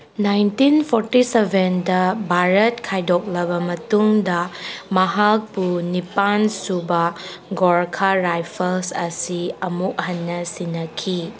nineteen forty ꯁꯚꯦꯟꯗ ꯚꯥꯔꯠ ꯈꯥꯏꯗꯣꯛꯂꯕ ꯃꯇꯨꯡꯗ ꯃꯍꯥꯛꯄꯨ ꯅꯤꯄꯥꯜꯁꯨꯕ ꯒꯣꯔꯈꯥ ꯔꯥꯏꯐꯜꯁ ꯑꯁꯤ ꯑꯃꯨꯛ ꯍꯟꯅ ꯁꯤꯟꯅꯈꯤ